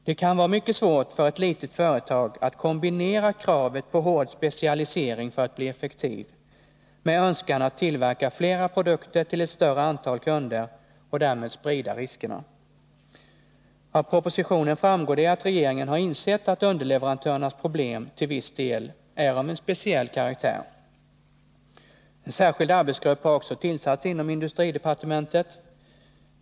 Det kan vara mycket svårt för ett litet företag att kombinera kravet på hård specialisering för att bli effektivt med önskan att tillverka flera produkter till ett större antal kunder och därmed sprida riskerna. Av propositionen framgår att regeringen har insett att underleverantörernas problem till viss del är av en speciell karaktär. En särskild arbetsgrupp har också tillsatts inom industridepartementet.